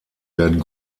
werden